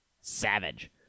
Savage